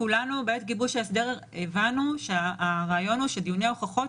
כולנו בעת גיבוש ההסדר הבנו שהרעיון הוא שדיוני הוכחות,